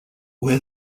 wear